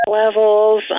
levels